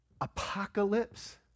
Apocalypse